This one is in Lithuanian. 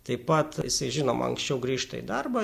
taip pat jisai žinoma anksčiau grįžta į darbą